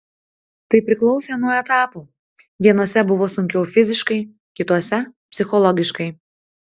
tai priklausė nuo etapų vienuose buvo sunkiau fiziškai kituose psichologiškai